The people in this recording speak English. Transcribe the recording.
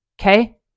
okay